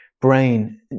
brain